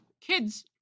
kids